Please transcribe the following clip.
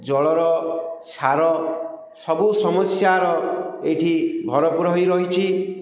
ଜଳର ସାର ସବୁ ସମସ୍ୟାର ଏଇଠି ଭରପୁର ହୋଇ ରହିଛି